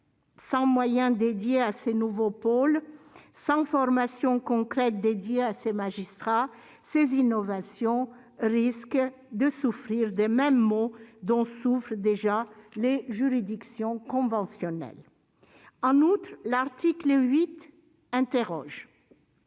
sans moyens alloués à ces nouveaux pôles, sans formation concrète dispensée à ces magistrats, ces innovations risquent de souffrir des mêmes maux dont souffrent déjà les juridictions conventionnelles. En outre, l'article 8 interroge.